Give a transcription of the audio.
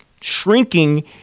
shrinking